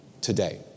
today